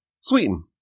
sweeten